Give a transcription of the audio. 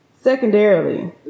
Secondarily